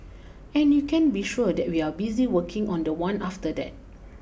and you can be sure that we are busy working on the one after that